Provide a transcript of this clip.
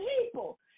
people